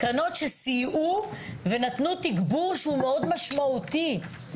קרנות שסייעו ונתנו תגבור שהוא מאוד משמעותי.